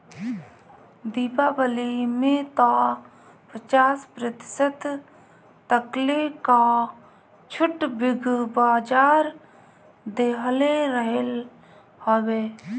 दीपावली में तअ पचास प्रतिशत तकले कअ छुट बिग बाजार देहले रहल हवे